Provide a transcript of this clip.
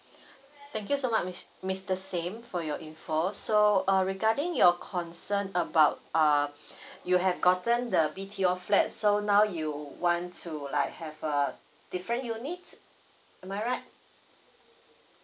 thank you so much mis~ mister sim for your info so err regarding your concern about err you have gotten the B_T_O flat so now you want to like have a different unit am I right